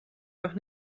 noch